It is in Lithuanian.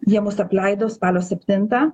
jie mus apleido spalio septintą